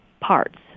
parts